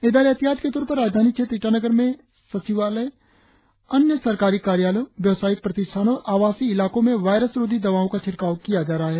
इधर ऐहतियात के तौर पर राजधानी क्षेत्र ईटानर में राज्य सचिवालय अन्य सरकारी कार्यालयों व्यवसायिक प्रतिष्ठानों और आवासीय इलाकों में वायरस रोधी दवाओं का छिड़काव किया जा रहा है